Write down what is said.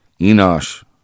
Enosh